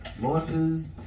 Losses